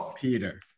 Peter